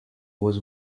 was